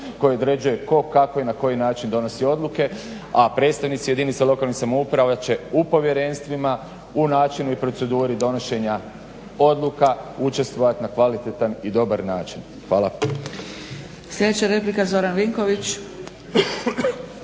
koji određuje tko, kako i na koji način donosi odluke, a predstavnici jedinica lokalnih samouprava će u povjerenstvima, u načinu i proceduri donošenja odluka učestvovati na kvalitetan i dobar način. Hvala.